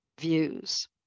views